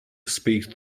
speak